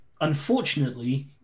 unfortunately